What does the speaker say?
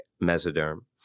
mesoderm